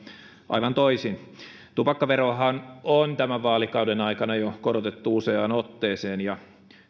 aivan toisin tupakkaveroahan on tämän vaalikauden aikana jo korotettu useaan otteeseen ja